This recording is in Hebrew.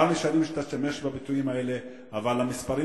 צר לי שאני משתמש בביטויים האלה, אבל המספרים